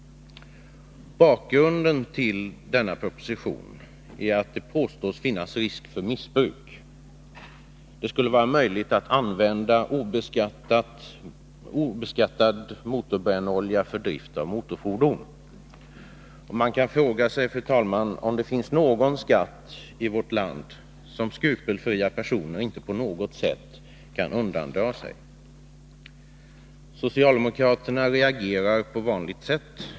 Bakgrunden till nämnda proposition är att det påstås föreligga risk för missbruk. Det skulle vara möjligt att använda obeskattad motorbrännolja för drift av motorfordon. Man kan då fråga sig, fru talman, om det i vårt land Nr 119 finns någon skatt som skrupelfria personer inte på något sätt kan undandra Torsdagen den sig. 14 april 1983 Socialdemokraterna reagerar på vanligt sätt.